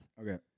Okay